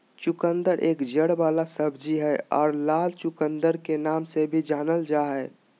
चुकंदर एक जड़ वाला सब्जी हय आर लाल चुकंदर के नाम से भी जानल जा हय